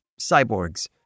cyborgs